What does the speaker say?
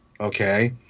okay